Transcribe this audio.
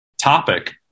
topic